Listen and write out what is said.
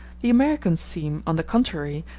the americans seem, on the contrary,